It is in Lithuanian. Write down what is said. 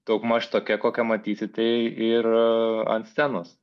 daugmaž tokia kokią matysite ir ant scenos